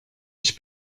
ich